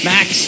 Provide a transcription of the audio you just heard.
Max